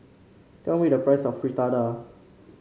tell me the price of Fritada